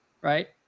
right